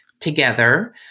together